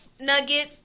nuggets